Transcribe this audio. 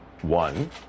One